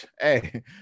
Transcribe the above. hey